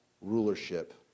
rulership